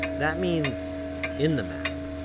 that means in the map.